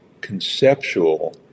conceptual